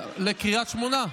לקריית שמונה.